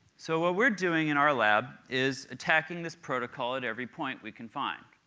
so what we're doing in our lab is attacking this protocol at every point we can find.